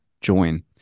join